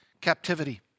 captivity